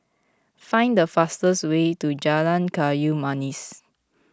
find the fastest way to Jalan Kayu Manis